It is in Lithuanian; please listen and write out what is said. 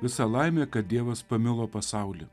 visa laimė kad dievas pamilo pasaulį